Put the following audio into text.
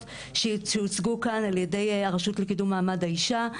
שהוצגו כאן על-ידי הקידום למעמד האישה,